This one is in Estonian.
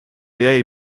jäi